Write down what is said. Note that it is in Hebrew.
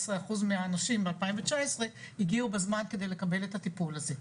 אחוז מהאנשים ב-2019 הגיעו בזמן כדי לטפל את הטיפול הזה.